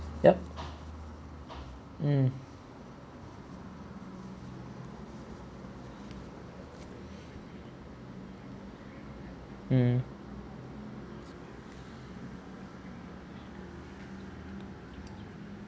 yup mm mm